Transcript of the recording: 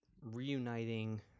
reuniting